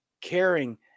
caring